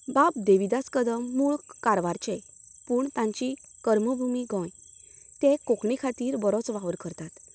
बाब देविदास कदम मुळ कारवारचे पूण तांची कर्म भुमी गोंय ते कोंकणी खातीर बरोच वावर करतात